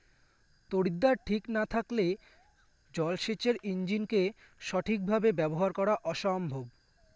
তড়িৎদ্বার ঠিক না থাকলে জল সেচের ইণ্জিনকে সঠিক ভাবে ব্যবহার করা অসম্ভব